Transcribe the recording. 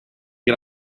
get